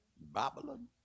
Babylon